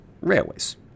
railways